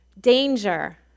danger